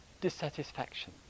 dissatisfaction